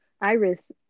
Iris